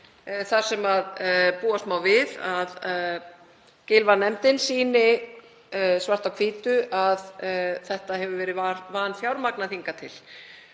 þar sem búast má við að Gylfanefndin sýni svart á hvítu að þetta hefur verið vanfjármagnað hingað til.